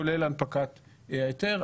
כולל הנפקת ההיתר.